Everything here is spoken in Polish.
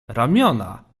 ramiona